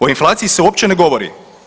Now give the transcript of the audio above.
O inflaciji se uopće ne govori.